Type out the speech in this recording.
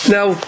Now